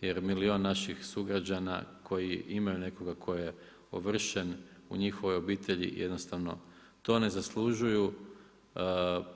jer milijun naših sugrađana koji imaju nekoga tko je ovršen u njihovoj obitelji, jednostavno, to ne zaslužuju,